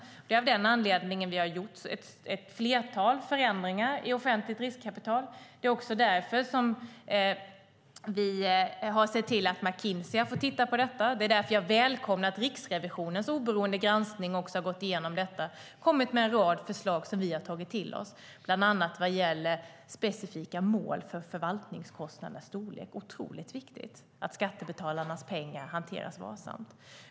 Det är av den anledningen vi har gjort ett flertal förändringar i offentligt riskkapital. Det är också därför vi har sett till att McKinsey har fått titta på detta. Det är därför jag välkomnar att Riksrevisionen med sin oberoende granskning har gått igenom detta och kommit med en rad förslag som vi har tagit till oss, bland annat vad gäller specifika mål för förvaltningskostnadernas storlek. Det är otroligt viktigt att skattebetalarnas pengar hanteras varsamt.